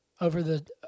over-the-